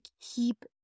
keep